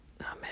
Amen